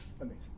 Amazing